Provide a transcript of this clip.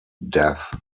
death